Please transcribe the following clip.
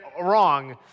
wrong